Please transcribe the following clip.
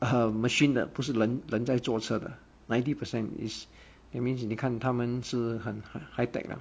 err machine 的不是人人在做车的 ninety percent is it means 你看他们是很 high tech 了